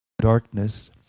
Darkness